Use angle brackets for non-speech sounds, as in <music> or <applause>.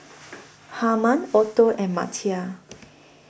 <noise> Harman Otto and Matthias